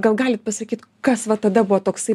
gal galit pasakyt kas va tada buvo toksai